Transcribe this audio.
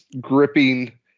gripping